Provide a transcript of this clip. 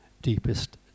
deepest